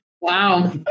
wow